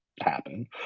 happen